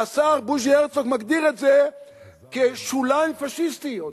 והשר בוז'י הרצוג מגדיר את זה כשוליים פאשיסטיים.